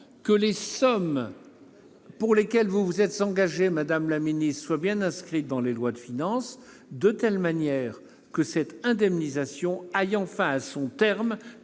que les sommes sur lesquelles vous vous êtes engagée, madame la ministre, soient bien inscrites dans les lois de finances, de manière que cette indemnisation aille enfin à son terme